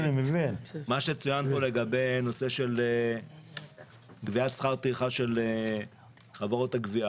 מה שצוין פה לגבי הנושא של גביית שכר טרחה של חברות הגבייה.